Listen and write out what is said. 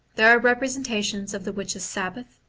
there are representations of the witches sabbath,